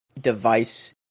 device